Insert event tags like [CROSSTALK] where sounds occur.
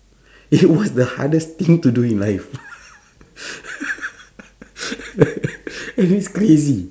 [BREATH] it was the hardest thing to do in life [LAUGHS] and it's crazy